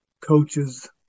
coaches